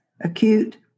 acute